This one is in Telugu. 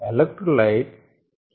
electro light KCl